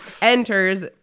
enters